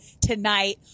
tonight